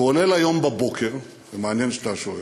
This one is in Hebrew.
כולל היום בבוקר, ומעניין שאתה שואל,